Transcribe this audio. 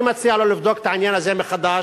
אני מציע לו לבדוק את העניין מחדש,